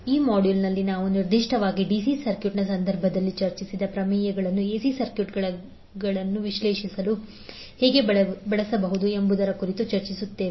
ಈ ಮಾಡ್ಯೂಲ್ನಲ್ಲಿ ನಾವು ನಿರ್ದಿಷ್ಟವಾಗಿ ಡಿಸಿ ಸರ್ಕ್ಯೂಟ್ನ ಸಂದರ್ಭದಲ್ಲಿ ಚರ್ಚಿಸಿದ ಪ್ರಮೇಯಗಳನ್ನು ಎಸಿ ಸರ್ಕ್ಯೂಟ್ಗಳನ್ನು ವಿಶ್ಲೇಷಿಸಲು ಹೇಗೆ ಬಳಸಬಹುದು ಎಂಬುದರ ಕುರಿತು ಚರ್ಚಿಸುತ್ತೇವೆ